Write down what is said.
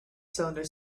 cylinder